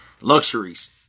Luxuries